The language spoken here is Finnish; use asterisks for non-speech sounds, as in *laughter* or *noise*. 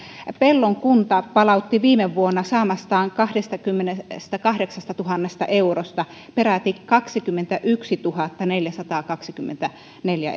pellon kunta palautti viime vuonna saamastaan kahdestakymmenestäkahdeksastatuhannesta eurosta peräti kaksikymmentätuhattaneljäsataakaksikymmentäneljä *unintelligible*